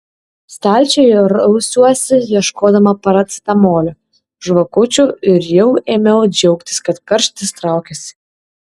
stalčiuje rausiausi ieškodama paracetamolio žvakučių ir jau ėmiau džiaugtis kad karštis traukiasi